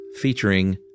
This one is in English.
featuring